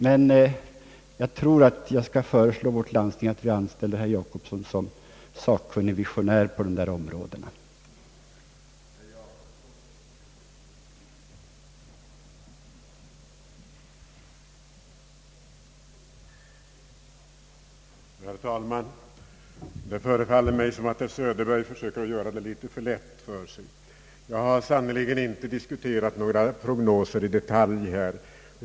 Men jag tror att jag skall föreslå, att vi anställer herr Jacobsson som sakkunnig visionär då det gäller dessa problem.